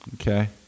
Okay